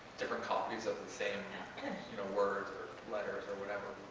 different copies of the same you know words, or letters, or whatever.